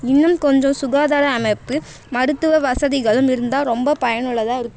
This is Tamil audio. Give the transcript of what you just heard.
இன்னும் கொஞ்சம் சுகாதார அமைப்பு மருத்துவ வசதிகளும் இருந்தால் ரொம்ப பயனுள்ளதாக இருக்கும்